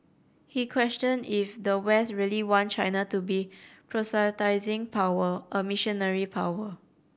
he questioned if the West really want China to be proselytising power a missionary power